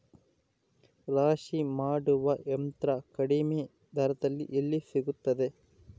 ರಾಶಿ ಮಾಡುವ ಯಂತ್ರ ಕಡಿಮೆ ದರದಲ್ಲಿ ಎಲ್ಲಿ ಸಿಗುತ್ತದೆ?